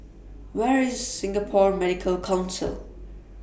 Where IS Singapore Medical Council